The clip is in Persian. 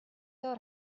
دار